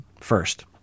first